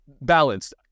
balanced